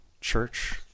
church